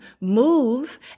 Move